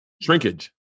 Shrinkage